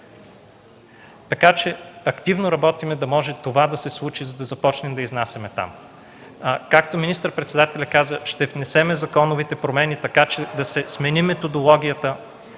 система. Активно работим да може това да се случи, за да можем да изнасяме там. Както каза министър-председателят, ще внесем законовите промени така, че да се смени методологията